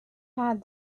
had